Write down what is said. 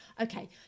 Okay